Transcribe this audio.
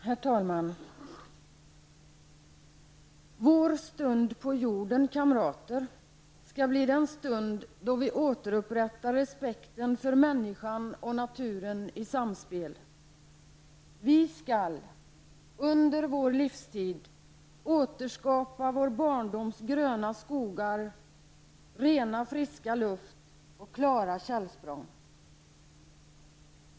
Herr talman! ''Vår stund på jorden kamrater, skall bli den stund då vi återupprättar respekten för människan och naturen i samspel. Vi skall, under vår livstid, återskapa vår barndoms gröna skogar, rena friska luft och klara källsprång.''